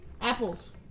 Apples